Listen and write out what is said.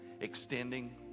extending